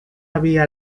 había